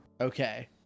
Okay